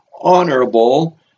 honorable